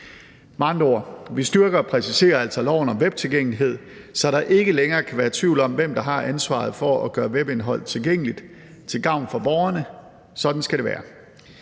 Vi styrker og præciserer altså loven om webtilgængelighed, så der ikke længere kan være tvivl om, hvem der har ansvaret for at gøre webindholdet tilgængeligt. Det er til gavn for borgerne. Sådan skal det være.